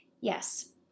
Yes